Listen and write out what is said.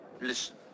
Listen